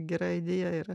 gera idėja yra